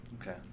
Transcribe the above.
Okay